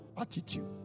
Attitude